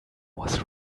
was